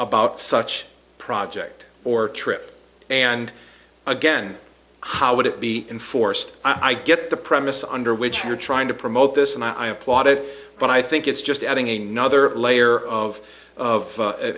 about such a project or trip and again how would it be enforced i get the premise under which you're trying to promote this and i applaud it but i think it's just adding a nother layer of of